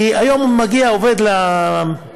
כי היום מגיע עובד למדינה,